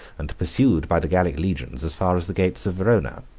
and pursued by the gallic legions as far as the gates of verona.